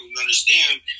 understand